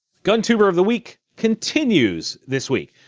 guntuber of the week continues this week.